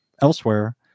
elsewhere